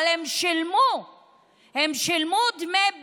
אבל הם שילמו דמי ביטוח,